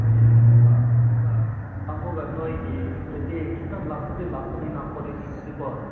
ꯍꯣꯏ ꯑꯃꯨꯛꯀ ꯑꯃꯨꯛꯀ ꯑꯃꯨꯛꯀ ꯅꯣꯏꯒꯤ ꯌꯨꯝꯗꯗꯤ ꯈꯤꯇꯪ ꯂꯥꯞꯄꯗꯤ ꯂꯥꯞꯄꯅꯤꯅ ꯀꯣꯂꯣꯅꯤꯗꯗꯤꯀꯣ